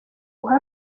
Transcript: guha